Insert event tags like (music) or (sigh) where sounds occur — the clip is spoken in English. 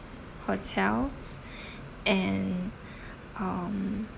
hotels (breath) and (breath) um